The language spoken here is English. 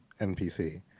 NPC